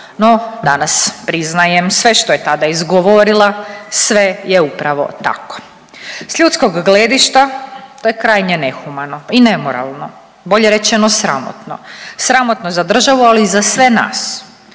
no danas priznajem sve što je tada izgovorila sve je upravo tako. S ljudskog gledišta to je krajnje nehumano i nemoralno, bolje rečeno sramotno, sramotno za državu, ali i za sve nas.